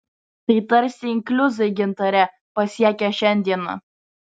tai tarsi inkliuzai gintare pasiekę šiandieną